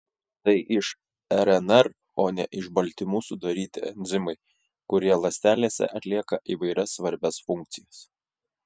tai iš rnr o ne iš baltymų sudaryti enzimai kurie ląstelėse atlieka įvairias svarbias funkcijas